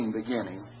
beginning